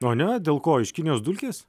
a ne dėl ko iš kinijos dulkės